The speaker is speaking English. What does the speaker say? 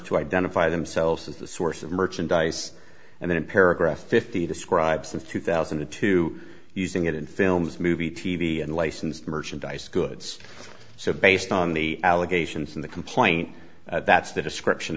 to identify themselves as the source of merchandise and then paragraph fifty describes in two thousand and two using it in films movie t v and licensed merchandise goods so based on the allegations in the complaint that's the description